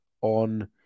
on